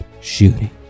shooting